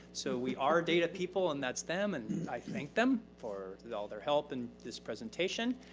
so we are data people and that's them. and i thank them for all their help in this presentation.